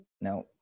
No